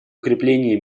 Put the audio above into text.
укрепление